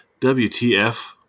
WTF